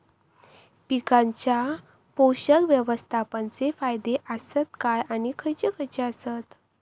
पीकांच्या पोषक व्यवस्थापन चे फायदे आसत काय आणि खैयचे खैयचे आसत?